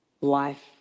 life